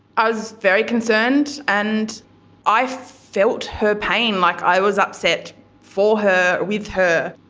i was very concerned and i felt her pain. like, i was upset for her, with her.